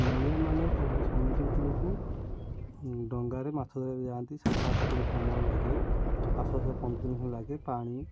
ନୋଳିଆମାନେ ସବୁ ସମୁଦ୍ର ଭିତରକୁ ଡଙ୍ଗାରେ ମାଛ ଧରିବା ଯାଆନ୍ତି ସାତ ଆଠ ଦିନ ସମୟ ଲାଗେ ଆସୁ ଆସୁ ପନ୍ଦର ଦିନ ଲାଗେ ପାଣି